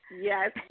Yes